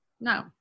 no